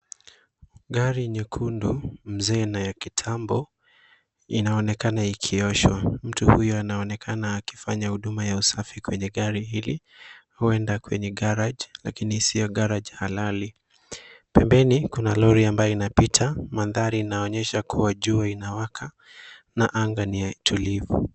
Gari nyekundu, mzee na ya kitambo inaonekana ikoshwa. Mtu huyo anaonekana akifanya huduma ya usafi kwenye gari hili, huenda kwenye garage lakini sio garage halali. Pembeni kuna lori ambayo inapita. Mandhari inaonyesha kuwa jua inawaka na anga ni tulivu.